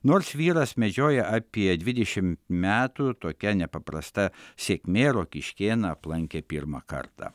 nors vyras medžioja apie dvidešim metų tokia nepaprasta sėkmė rokiškėną aplankė pirmą kartą